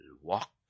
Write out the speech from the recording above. walk